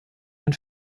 ein